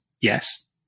yes